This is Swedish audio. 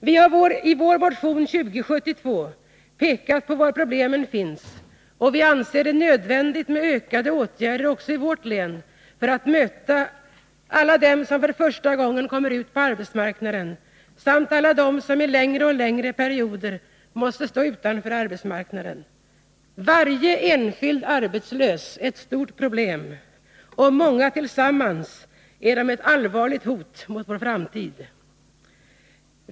Vi har i vår motion 2072 pekat på var problemen finns, och vi anser det nödvändigt med ökade åtgärder också i vårt län för att möta alla dem som för första gången kommer ut på arbetsmarknaden samt alla dem som i längre och längre perioder måste stå utanför arbetsmarknaden. Varje enskild arbetslös är ett stort problem, och många tillsammans är de ett allvarligt hot mot vår framtid.